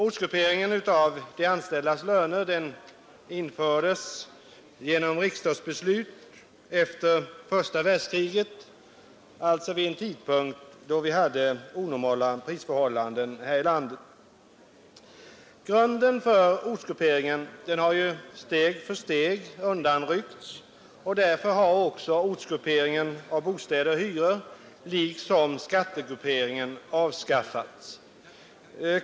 Ortsgrupperingen av de anställdas löner infördes genom riksdagsbeslut efter första världskriget, alltså vid en tidpunkt då vi hade onormala prisförhållanden här i landet. Grunden för ortsgrupperingen har steg för steg undanryckts, och därför har också ortsgrupperingen av bostäder och hyror liksom skattegrupperingen avskaffats.